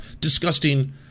disgusting